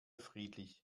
friedlich